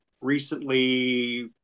recently